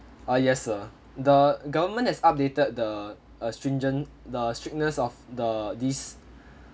ah yes sir the government has updated the uh stringent the strictness of the this